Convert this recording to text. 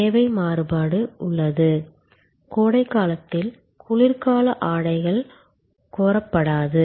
தேவை மாறுபாடு உள்ளது கோடை காலத்தில் குளிர்கால ஆடைகள் கோரப்படாது